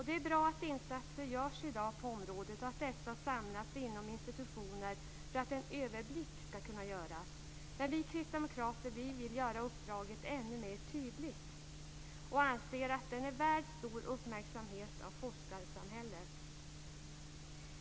Det är bra att insatser görs i dag på området och att dessa samlas inom institutioner för att en överblick skall kunna göras, men vi kristdemokrater vill göra uppdraget ännu mer tydligt och anser att det är värt stor uppmärksamhet av forskarsamhället.